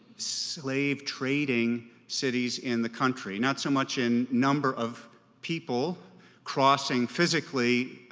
slave trading cities in the country, not so much in number of people crossing physically